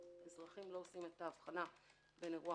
האזרחים לא עושים את ההבחנה בין אירוע